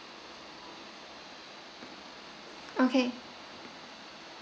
okay